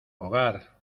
hogar